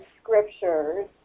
scriptures